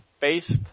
based